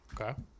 okay